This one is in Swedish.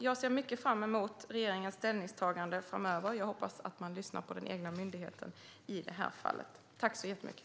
Jag ser mycket fram emot regeringens ställningstagande framöver, och jag hoppas att man lyssnar på den egna myndigheten i det här fallet.